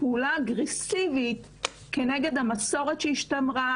פעולה אגרסיבית כנגד המסורת שהשתמרה,